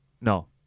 No